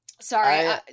sorry